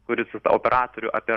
kuris operatorių apie